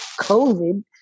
COVID